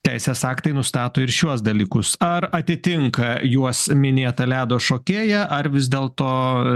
teisės aktai nustato ir šiuos dalykus ar atitinka juos minėtą ledo šokėją ar vis dėlto